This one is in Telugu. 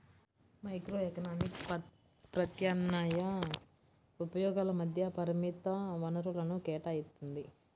మైక్రోఎకనామిక్స్ ప్రత్యామ్నాయ ఉపయోగాల మధ్య పరిమిత వనరులను కేటాయిత్తుంది